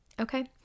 okay